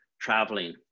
traveling